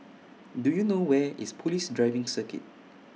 Do YOU know Where IS Police Driving Circuit